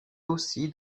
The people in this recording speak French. aussi